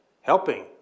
helping